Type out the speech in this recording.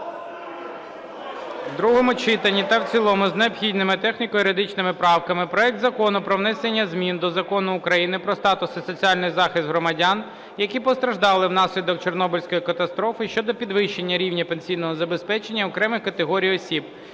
в другому читанні та в цілому, з необхідними техніко-юридичними правками, проект Закону про внесення змін до Закону України "Про статус і соціальний захист громадян, які постраждали внаслідок Чорнобильської катастрофи" щодо підвищення рівня пенсійного забезпечення окремих категорій осіб